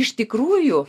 iš tikrųjų